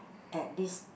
at least